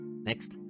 Next